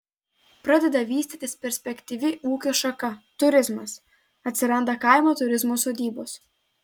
pradeda vystytis perspektyvi ūkio šaka turizmas atsiranda kaimo turizmo sodybos